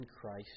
Christ